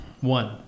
one